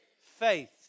faith